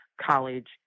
college